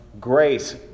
grace